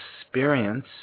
experience